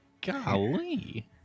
Golly